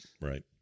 Right